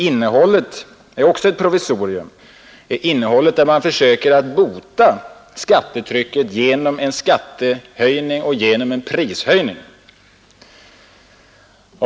Innehållet är också ett provisorium, där man försöker bota skattetrycket genom en skattehöjning och genom en prishöjning.